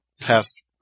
past